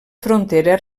frontera